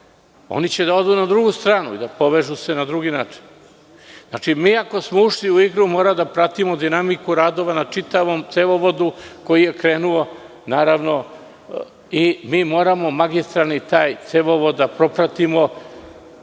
Oni će da odu na drugu stranu i povežu se na drugi način. Znači, mi ako smo ušli u igru, moramo da pratimo dinamiku radova na čitavom cevovodu koji je krenuo i moramo taj magistralni cevovod da propratimo